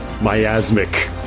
miasmic